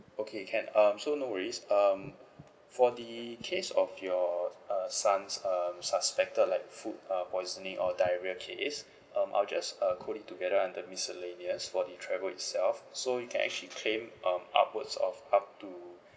okay can um so no worries um for the case of your uh son's um suspected like food uh poisoning or diarrhea case um I'll just uh code it together under miscellaneous for the travel itself so you can actually claim um upwards of up to